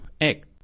egg